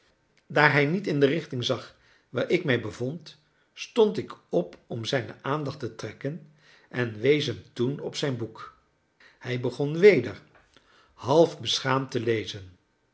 daar hij niet in de richting zag waar ik mij bevond stond ik op om zijne aandacht te trekken en wees hem toen op zijn boek hij begon weder half beschaamd te lezen